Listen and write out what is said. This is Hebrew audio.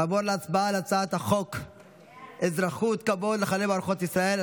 נעבור להצבעה על הצעת חוק אזרחות כבוד לחללי מערכות ישראל,